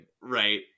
right